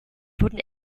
wurden